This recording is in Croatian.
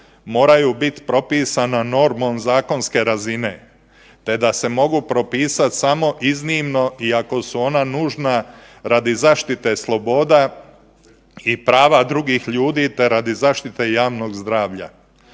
moraju biti propisana normom zakonske razine te da se mogu propisati samo iznimno i ako su ona nužna radi zaštite sloboda i prava drugih ljudi te radi zaštite javnog zdravlja.